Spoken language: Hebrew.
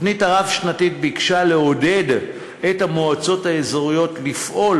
התוכנית הרב-שנתית ביקשה לעודד את המועצות האזוריות לפעול